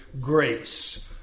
grace